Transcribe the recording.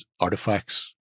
artifacts